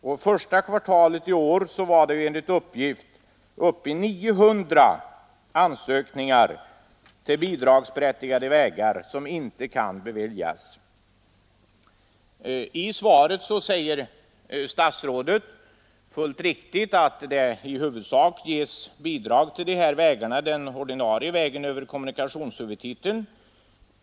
I svaret säger statsrådet fullt riktigt att bidrag till vägarna i huvudsak ges den ordinarie vägen över kommunikationshuvudtiteln.